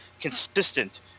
consistent